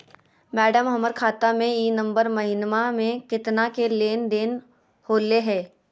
madam, हमर खाता में ई नवंबर महीनमा में केतना के लेन देन होले है